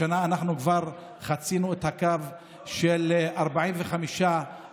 השנה אנחנו כבר חצינו את הקו של 45 הרוגים,